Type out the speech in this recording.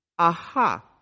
Aha